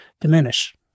diminish